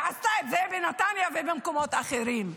ועשתה את זה בנתניה ובמקומות אחרים.